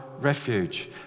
refuge